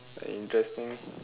interesting